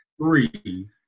three